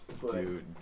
Dude